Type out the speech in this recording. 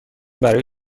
برای